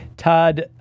Todd